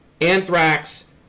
Anthrax